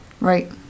right